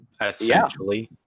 Essentially